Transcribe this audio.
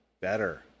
better